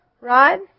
Right